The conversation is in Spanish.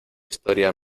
historia